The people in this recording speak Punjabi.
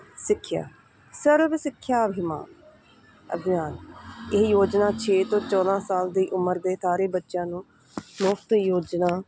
ਸਿੱਖਿਆ ਸਰਵ ਸਿੱਖਿਆ ਅਭਿਮਾਨ ਅਭਿਆਨ ਇਹ ਯੋਜਨਾ ਛੇ ਤੋਂ ਚੌਦ੍ਹਾਂ ਸਾਲ ਦੀ ਉਮਰ ਦੇ ਸਾਰੇ ਬੱਚਿਆਂ ਨੂੰ ਮੁਫਤ ਯੋਜਨਾ